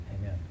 amen